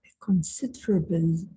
considerable